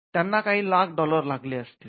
त्यांना काही लाख डॉलर लागले असतील